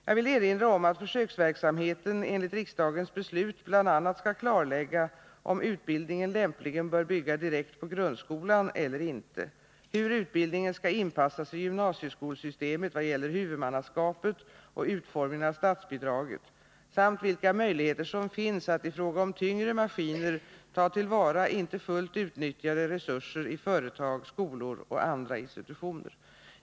Jag vill erinra om att försöksverksamheten enligt riksdagens beslut bl.a. skall klarlägga om utbildningen lämpligen bör bygga direkt på grundskolan eller inte, hur utbildningen skall inpassas i gymnasieskolsystemet vad gäller Nr 37 huvudmannaskapet och utformningen av statsbidraget samt vilka möjligheter som finns att i fråga om tyngre maskiner ta till vara inte fullt utnyttjade resurser i företag, skolor och andra institutioner.